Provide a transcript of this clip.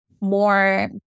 more